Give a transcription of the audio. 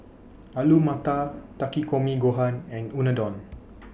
Alu Matar Takikomi Gohan and Unadon